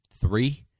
three